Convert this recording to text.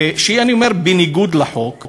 שהיא, אני אומר, בניגוד לחוק,